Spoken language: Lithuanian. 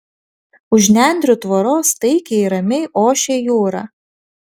už nendrių tvoros taikiai ir ramiai ošė jūra